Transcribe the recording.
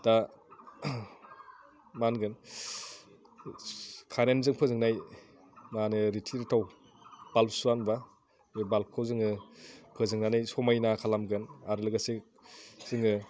दा मा होनगोन कारेन्टजों फोजोंनाय मा होनो रिथि रिथाव बाल्ब सुवा होमब्ला बे बाल्बखौ जोङो फोजोंनानै समायना खालामगोन आरो लोगोसे जोङो